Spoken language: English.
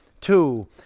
two